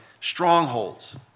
strongholds